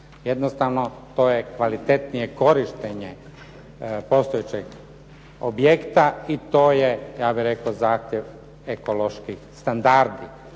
Jednostavno, to je kvalitetnije korištenje postojećeg objekta i to je, ja bih rekao, zahtjev ekoloških standarda.